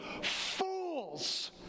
fools